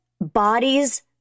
bodies